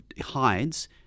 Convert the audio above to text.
hides